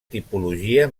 tipologia